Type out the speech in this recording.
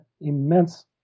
immense